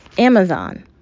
Amazon